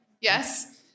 Yes